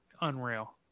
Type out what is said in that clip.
unreal